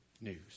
news